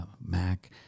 Mac